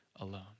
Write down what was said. alone